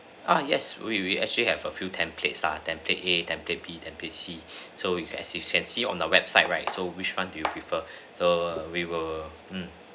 ah yes we we actually have a few templates ah template A template B template C so you can actually see on the website right so which [one] do you prefer so we will mm